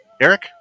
Eric